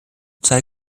zwei